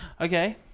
Okay